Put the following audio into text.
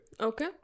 okay